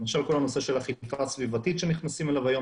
למשל: כל הנושא של אכיפה הסביבתית שנכנסים אליו היום,